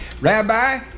Rabbi